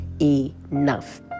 enough